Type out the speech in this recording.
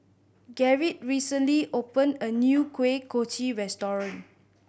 Gerrit recently opened a new Kuih Kochi restaurant